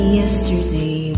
yesterday